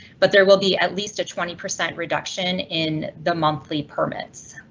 but there will be at least a twenty percent reduction in the monthly permits.